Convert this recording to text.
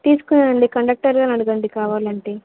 తీసుకున్నాను అండి కండక్టర్ గారిని అడగండి కావాలంటే